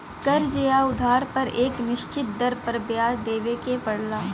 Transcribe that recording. कर्ज़ या उधार पर एक निश्चित दर पर ब्याज देवे के पड़ला